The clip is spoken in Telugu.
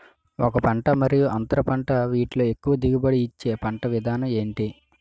ఒక పంట మరియు అంతర పంట వీటిలో ఎక్కువ దిగుబడి ఇచ్చే పంట విధానం ఏంటి?